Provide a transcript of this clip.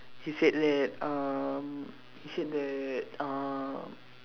he said that um he said that uh